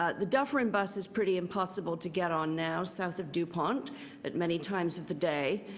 ah the duffering bus is pretty impossible to get on now south of dupont at many times of the day.